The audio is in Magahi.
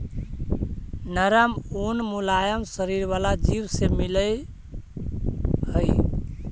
नरम ऊन मुलायम शरीर वाला जीव से मिलऽ हई